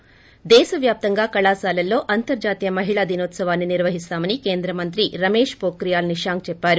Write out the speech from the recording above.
ి దేశ వ్యాప్తంగా కళాశాలల్లో అంతర్లాతీయ మహిళా దినోత్సవాన్ని నిర్వహిస్తామని కేంద్ర మంత్రి రమేష్ పోక్రియాల్ నిశాంక్ చెప్పారు